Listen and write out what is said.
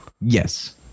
yes